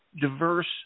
diverse